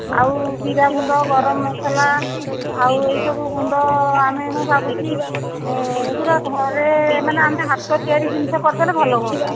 ଆଉ ଜିରା ଗୁଣ୍ଡ ଗରମ ମସଲା ଆଉ ଏଇ ସବୁ ଗୁଣ୍ଡ ଆମେ ମୁଁ ଭାବୁଛି ପୁରା ଘରେ ମାନେ ଆମେ ହାତ ତିଆରି ଜିନିଷ କରିଦେଲେ ଭଲ ହୁଅନ୍ତା